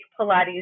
Pilates